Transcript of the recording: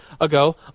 ago